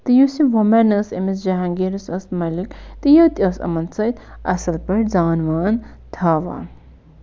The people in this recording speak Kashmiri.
تہٕ یُس یہِ وُمین ٲس أمِس جَہانگیٖرَس ٲسۍ مٔلِک تہٕ یہِ تہِ ٲس یِمَن سۭتۍ اَصٕل پٲٹھۍ زان وان تھاوان